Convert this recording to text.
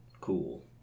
cool